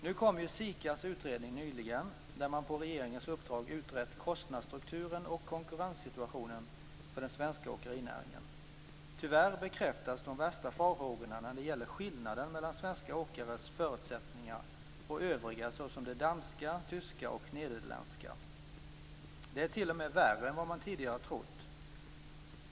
Nu kom ju SIKA:s utredning nyligen, där man på regeringens uppdrag utrett kostnadsstrukturen och konkurrenssituationen för den svenska åkerinäringen. Tyvärr bekräftas de värsta farhågorna när det gäller skillnaden mellan förutsättningarna för svenska åkare och för övriga åkare, såsom de danska, tyska och nederländska. Det är t.o.m. värre än vad man tidigare trott.